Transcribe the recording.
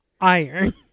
iron